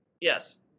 Yes